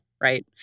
Right